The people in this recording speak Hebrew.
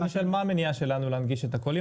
אבל אני שואל מה המניע להנגיש את הכל?